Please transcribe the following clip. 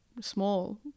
small